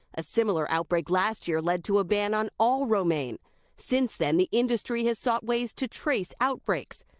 a similar outbreak last year led to a ban on all romaine since then, the industry has sought ways to trace outbreaks.